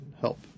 help